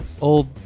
Old